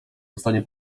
dostanie